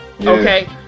Okay